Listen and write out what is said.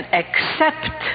accept